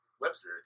Webster